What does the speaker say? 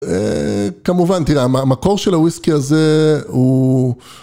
כמובן, תראה, המקור של הוויסקי הזה הוא...